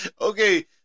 Okay